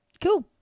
Cool